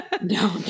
No